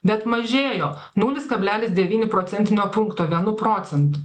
bet mažėjo nulis kablelis devyni procentinio punkto vienu procentu